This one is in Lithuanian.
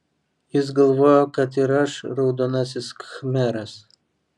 jis galvojo kad ir aš raudonasis khmeras